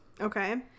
Okay